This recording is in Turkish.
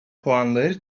puanları